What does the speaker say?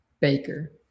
Baker